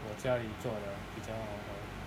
我家里做的比较好喝